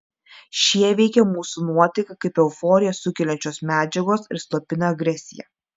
šie veikia mūsų nuotaiką kaip euforiją sukeliančios medžiagos ir slopina agresiją